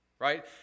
right